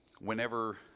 Whenever